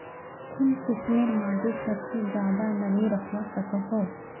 कुन किस्मेर माटी सबसे ज्यादा नमी रखवा सको हो?